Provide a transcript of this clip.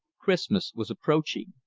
christmas was approaching.